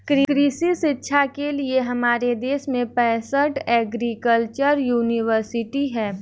कृषि शिक्षा के लिए हमारे देश में पैसठ एग्रीकल्चर यूनिवर्सिटी हैं